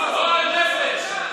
גועל נפש.